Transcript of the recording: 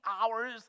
hours